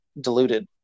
diluted